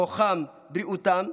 כוחם, בריאותם.